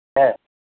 ஆ